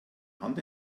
hand